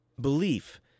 Belief